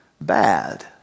bad